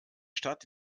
stadt